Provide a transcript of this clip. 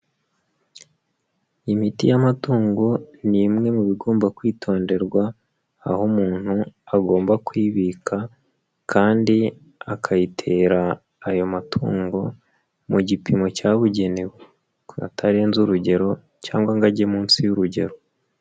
Imiti y'amatungo, ni imwe mu bigomba kwitonderwa, aho umuntu agomba kwibika kandi akayitera ayo matungo, mu gipimo cyabugenewe, kuba atarenze urugero cyangwa ngo ajye munsi y'urugero.